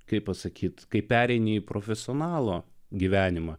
kaip pasakyti kai pereini į profesionalo gyvenimą